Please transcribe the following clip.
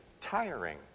tiring